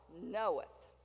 knoweth